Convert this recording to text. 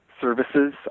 services